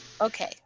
Okay